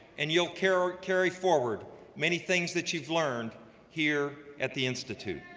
and you'll carry carry forward many things that you've learned here at the institute.